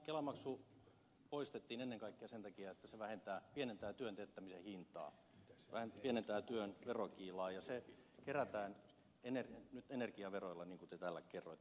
kelamaksu poistettiin ennen kaikkea sen takia että se pienentää työn teettämisen hintaa pienentää työn verokiilaa ja se kerätään nyt energiaveroilla niin kuin te täällä kerroitte se pitää paikkansa